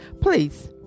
Please